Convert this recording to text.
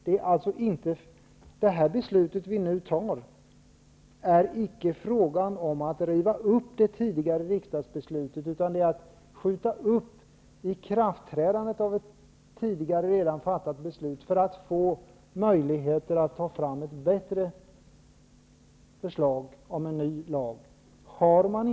I beslutet som vi nu fattar är det icke fråga om att riva upp det tidigare riksdagsbeslutet, utan det är fråga om att skjuta upp ikraftträdandet av ett tidigare fattat beslut, för att få möjlighet att ta fram ett förslag till en ny och bättre lag.